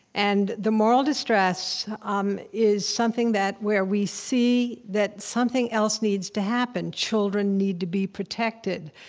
and the moral distress um is something that where we see that something else needs to happen children need to be protected,